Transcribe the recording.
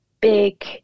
big